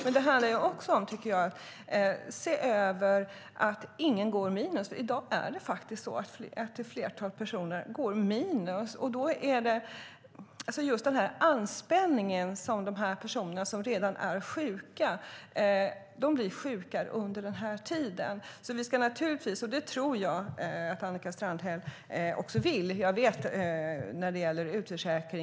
Men det handlar också om att se till att ingen går minus. I dag är det faktiskt så att ett flertal personer går minus. Det blir en anspänning för personer som redan är sjuka, så att de blir sjukare under den här tiden. Vi måste naturligtvis se över grunderna till att få sjukersättning, för det är ofta precis det som ställer till det.